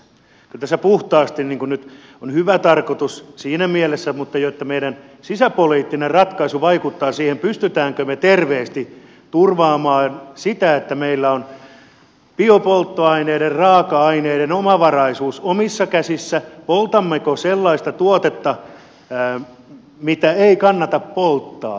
kyllä tässä puhtaasti on nyt hyvä tarkoitus siinä mielessä mutta meidän sisäpoliittinen ratkaisu vaikuttaa siihen pystymmekö me terveesti turvaamaan sitä että meillä on biopolttoaineiden raaka aineiden omavaraisuus omissa käsissämme poltammeko sellaista tuotetta mitä ei kannata polttaa